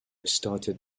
started